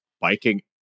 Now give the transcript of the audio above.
biking